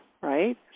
right